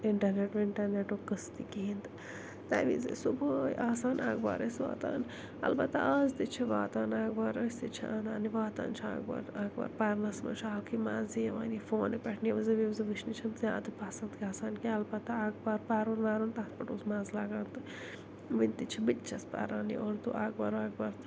internet وِنٛٹرنٮ۪ٹُک قٕصہٕ تہِ کِہیٖنۍ تہٕ تَمہِ وِزِ ٲسۍ صُبحٲے آسان اخبار ٲسۍ واتان البتہ آز تہِ چھِ واتان اخبار أسۍ تہِ چھِ اَنان واتان چھِ اخبار اخبار پرنس منٛز چھُ الگٕے مزٕ یِوان یہِ فونہٕ پٮ۪ٹھ نِوزٕ وِوزٕ وٕچھنہِ چھِنہٕ زیادٕ پسنٛد گژھان کیٚنٛہہ البتہ اخبار پرُن وَرُن تتھ پٮ۪ٹھ اوس مزٕ لگان تہٕ وٕنہِ چھِ بہٕ تہِ چھَس پران یہِ اردو اخبار وخبار